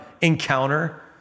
Encounter